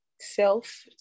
self